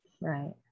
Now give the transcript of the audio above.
Right